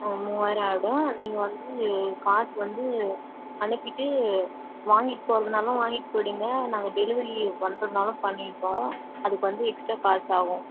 ஆ மூவாயிரம் ஆகிடும் நீங்கள் வந்து காசு வந்து அனுப்பிவிட்டு வாங்கிகிட்டு போவதுனாலும் வாங்கிட்டு போய்விடுங்க நாங்கள் டெலிவரி பண்ணுறதுனாலும் பண்ணிடுறோம் அதுக்கு வந்து எக்ஸ்ட்ரா காசு ஆகும்